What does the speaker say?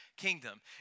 kingdom